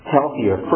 healthier